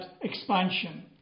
expansion